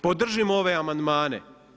Podržimo ove amandmane.